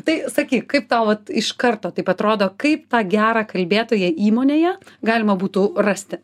tai sakyk kaip tau vat iš karto taip atrodo kaip tą gerą kalbėtoją įmonėje galima būtų rasti